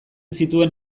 zituen